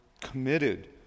committed